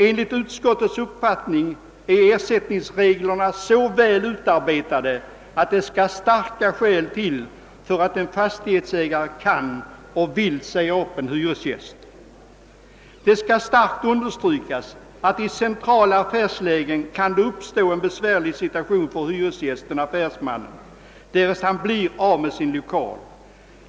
Enligt utskottets uppfattning är ersättningsreglerna så väl utarbetade, att det skall starka skäl till för att en fastighetsägare kan och vill säga upp en hyresgäst. Det skall kraftigt understrykas att det i centrala affärslägen kan uppstå en besvärlig situation för hyresgästen-affärsmannen därest han blir av med sin lokal.